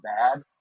bad